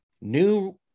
new